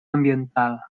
ambiental